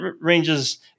ranges